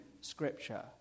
scripture